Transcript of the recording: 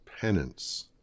penance